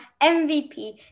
MVP